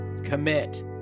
commit